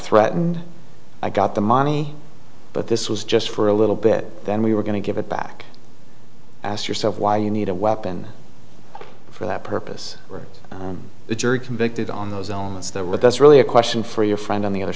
threatened i got the money but this was just for a little bit then we were going to give it back ask yourself why you need a weapon for that purpose the jury convicted on those elements that what that's really a question for your friend on the other